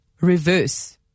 reverse